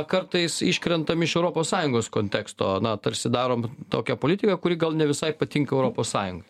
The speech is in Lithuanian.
kartais iškrentam iš europos sąjungos konteksto na tarsi darom tokią politiką kuri gal ne visai patinka europos sąjungai